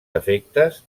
efectes